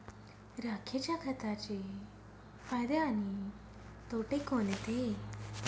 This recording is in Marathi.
राखेच्या खताचे फायदे आणि तोटे कोणते?